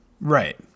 Right